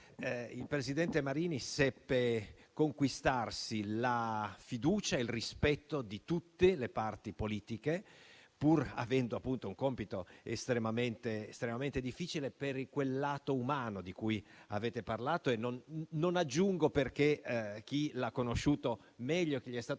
il presidente Marini seppe conquistarsi la fiducia e il rispetto di tutte le parti politiche, pur avendo appunto un compito estremamente difficile, per quel lato umano di cui avete parlato. Non aggiungo altro, perché chi l'ha conosciuto meglio e chi gli è stato più vicino